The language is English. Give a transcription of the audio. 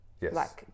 yes